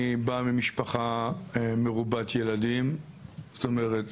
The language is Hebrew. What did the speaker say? אני בא ממשפחה מרובת ילדים, זאת אומרת,